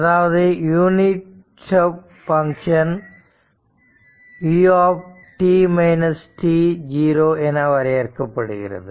அதாவது unit step function u என வரையறுக்கப்படுகிறது